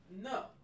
No